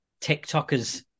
TikTokers